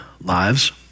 lives